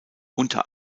unter